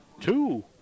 two